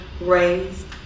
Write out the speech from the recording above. raised